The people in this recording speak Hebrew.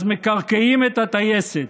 אז מקרקעים את הטייסת.